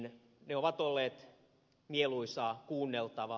ne ovat olleet mieluisaa kuunneltavaa